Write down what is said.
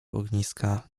ogniska